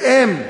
והם,